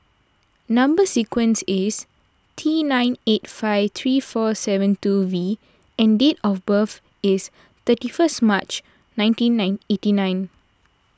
Number Sequence is T nine eight five three four seven two V and date of birth is thirty first March nineteen nine eighty nine